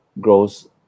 grows